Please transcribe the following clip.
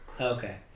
Okay